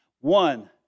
One